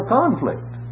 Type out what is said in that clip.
conflict